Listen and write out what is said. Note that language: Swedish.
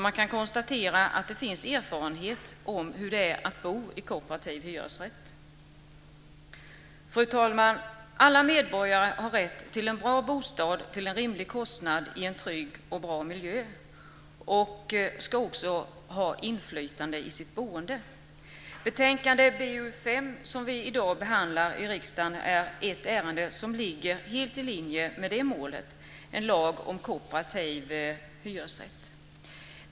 Man kan konstatera att det finns erfarenhet om hur det är att bo i kooperativ hyresrätt. Fru talman! Alla medborgare har rätt till en bra bostad till en rimlig kostnad i en trygg och bra miljö, och de ska också ha inflytande i sitt boende. I dag behandlar vi i riksdagen i betänkande BoU5 ett ärende som ligger helt i linje med det målet, en lag om kooperativ hyresrätt.